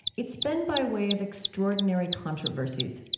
it's been by way of extraordinary controversies.